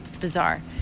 bizarre